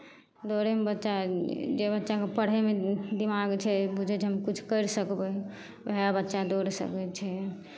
दौड़ैमे बच्चा जे बच्चाके पढ़ैमे दिमाग छै बुझै छै हम किछो करि सकबै उएह बच्चा दौड़ सकै छै